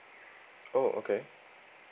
oh okay